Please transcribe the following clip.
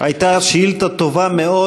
הייתה שאילתה טובה מאוד.